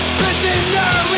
Prisoner